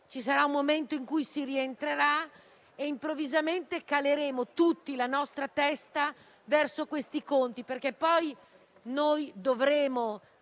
Ci sarà un momento in cui si rientrerà e improvvisamente caleremo tutti la testa verso questi conti, perché poi dovremo